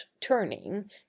turning